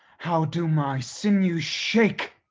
how do my sinews shake?